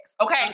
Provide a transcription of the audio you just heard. Okay